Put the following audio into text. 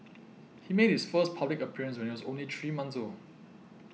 he made his first public appearance when he was only three month old